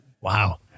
Wow